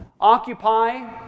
occupy